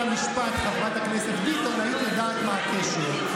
חברת הכנסת ביטון, היית יודעת מה הקשר.